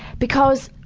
because,